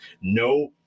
no